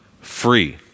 free